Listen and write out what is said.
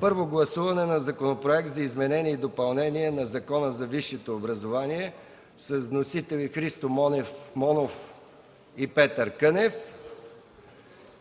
Първо гласуване на Законопроект за изменение и допълнение на Закона за висшето образование. Вносители – Христо Монов и Петър Кънев.